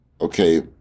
Okay